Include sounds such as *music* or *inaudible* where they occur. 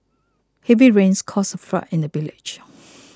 heavy rains caused a flood in the village *noise*